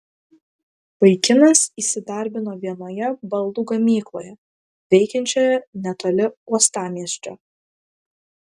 vaikinas įsidarbino vienoje baldų gamykloje veikiančioje netoli uostamiesčio